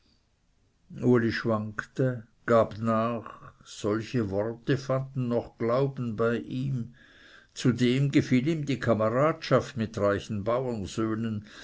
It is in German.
uli schwankte gab nach solche worte fanden noch glauben bei ihm zudem gefiel ihm die kameradschaft mit reichen